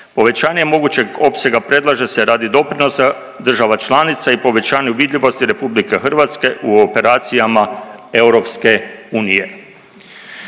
Povećanje mogućeg opsega predlaže se radi doprinosa država članica i povećanju vidljivosti RH u operacijama EU.